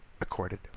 accorded